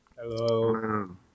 Hello